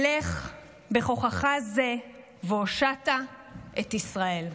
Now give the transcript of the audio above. "לך בכֹחֲךָ זה והושעת את ישראל".